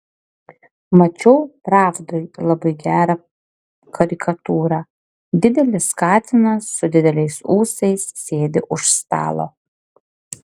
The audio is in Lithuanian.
mačiau pravdoj labai gerą karikatūrą didelis katinas su dideliais ūsais sėdi už stalo